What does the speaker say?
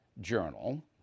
Journal